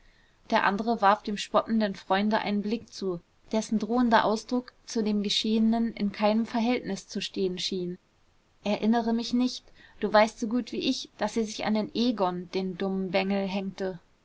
der andere warf dem spottenden freunde einen blick zu dessen drohender ausdruck zu dem geschehenen in keinem verhältnis zu stehen schien erinnere mich nicht du weißt so gut wie ich daß sie sich an den egon den dummen bengel hängte